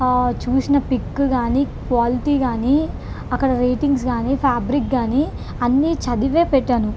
చూసిన పిక్ కానీ క్వాలిటీ కానీ అక్కడ రేటింగ్స్ కానీ ఫ్యాబ్రిక్ కానీ అన్నీ చదివే పెట్టాను